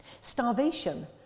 Starvation